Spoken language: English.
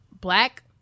black